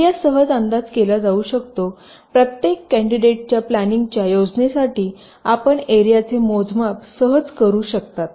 तर एरिया सहज अंदाज केला जाऊ शकतो प्रत्येक कॅन्डीडेटच्या प्लॅनिंगच्या योजनेसाठी आपण एरियाचे मोजमाप सहज करू शकता